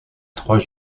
trois